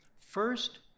First